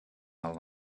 how